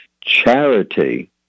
charity